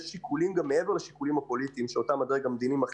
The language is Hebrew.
יש שיקולים מעבר לשיקולים הפוליטיים שעליהם מחליט הדרג המדיני.